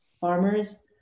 farmers